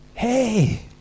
hey